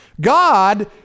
God